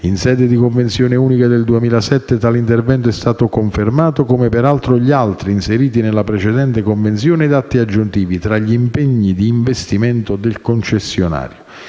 In sede di convenzione unica del 2007 tale intervento è stato confermato - come peraltro gli altri inseriti nella precedente convenzione e atti aggiuntivi - tra gli impegni di investimento del concessionario.